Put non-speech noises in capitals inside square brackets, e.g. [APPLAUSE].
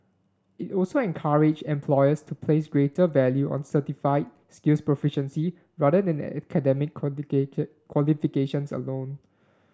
it will also encourage employers to place greater value on certify skills proficiency rather than [UNINTELLIGIBLE] academic [UNINTELLIGIBLE] qualifications alone